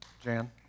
Jan